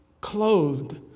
clothed